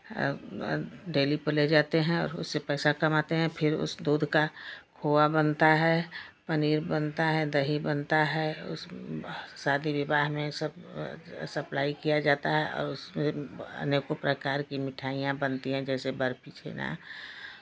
dairy पर ले जाते हैं और उससे पैसा कमाते हैं फिर उस दूध का खोआ बनता है पनीर बनता है दही बनता है उस शादी विवाह में सब सप्लाई किया जाता है और उससे अनेको प्रकार की मिठाइयां बनती है जैसे बर्फी छेना